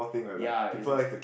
ya it's a